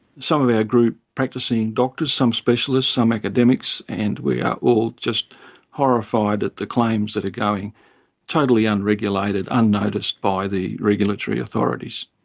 some of our group are practicing doctors, some specialists, some academics, and we are all just horrified at the claims that are going totally unregulated, unnoticed by the regulatory authoritiesyoutube